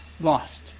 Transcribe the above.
lost